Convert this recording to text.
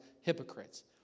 hypocrites